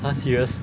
ha serious